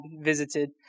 visited